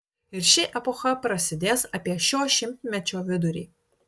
ir ši epocha prasidės apie šio šimtmečio vidurį